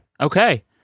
okay